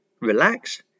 relax